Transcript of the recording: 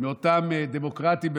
מאותם "דמוקרטים",